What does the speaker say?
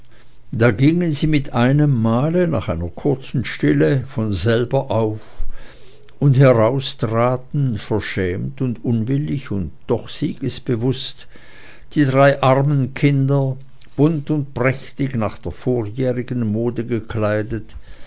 da gingen sie mit einem male nach einer kurzen stille von selber auf und heraus traten verschämt und unwillig und doch siegbewußt die drei armen kinder bunt und prächtig nach der vorjährigen mode gekleidet